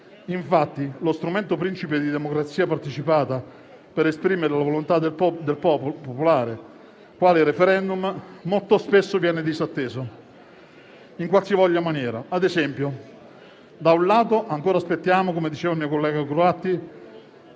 Infatti, lo strumento principe di democrazia partecipata per esprimere la volontà popolare, qual è il *referendum*, molto spesso viene disatteso in qualsivoglia maniera. Ad esempio, da un lato ancora aspettiamo - come ha detto il mio collega Croatti